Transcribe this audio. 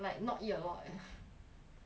like not eat a lot leh